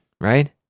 right